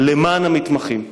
למען המתמחים.